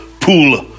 Pool